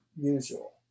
usual